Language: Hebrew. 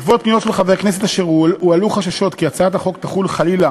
בעקבות פניות של חברי כנסת אשר העלו חששות כי הצעת החוק תחול חלילה